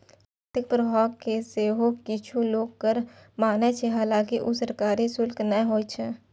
आर्थिक प्रभाव कें सेहो किछु लोक कर माने छै, हालांकि ऊ सरकारी शुल्क नै होइ छै